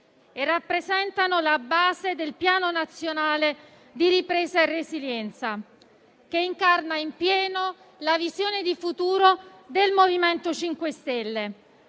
e rappresentano la base del Piano nazionale di ripresa e resilienza, che incarna in pieno la visione di futuro del MoVimento 5 Stelle,